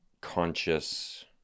conscious